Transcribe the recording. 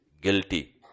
guilty